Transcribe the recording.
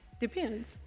Depends